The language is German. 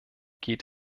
geht